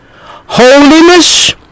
holiness